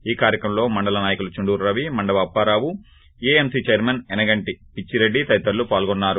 ఈ కార్యక్రమంలో మండల నాయకులు చుండూరు రవి మండవ అప్పారావు ఏఎంసీ చైర్మన్ ఎనగంటి పిచ్చిరెడ్డి తదితరులు పాల్గొన్నారు